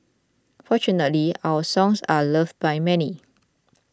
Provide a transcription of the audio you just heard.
fortunately our songs are loved by many